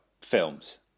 films